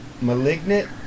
Malignant